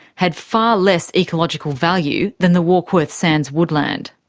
had far less ecological value than the warkworth sands woodland.